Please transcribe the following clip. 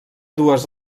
dues